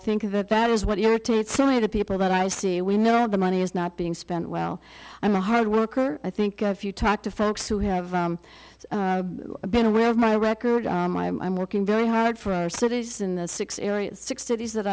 think that that is what irritates me to people that i see we never have the money is not being spent well i'm a hard worker i think of if you talk to folks who have been aware of my record i'm i'm i'm working very hard for our cities in the six or six cities that